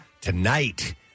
Tonight